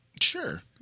Sure